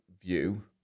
view